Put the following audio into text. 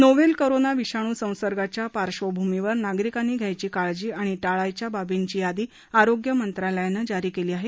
novel corona विषाणू संसर्गाच्या पार्श्वभूमीवर नागरिकांनी घ्यायची काळजी आणि टाळायच्या बाबींची यादी आरोग्य मंत्रालयानं जारी केली आहे